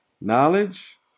knowledge